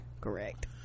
correct